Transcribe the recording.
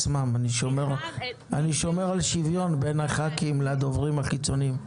אני שומר על שוויון בין חברי הכנסת לבין הדוברים החיצוניים.